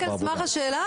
רק על סמך השאלה?